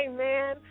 Amen